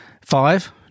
Five